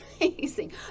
amazing